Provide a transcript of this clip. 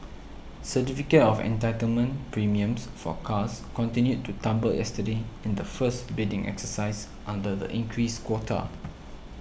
certificate of entitlement premiums for cars continued to tumble yesterday in the first bidding exercise under the increased quota